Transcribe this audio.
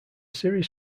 series